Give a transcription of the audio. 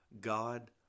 God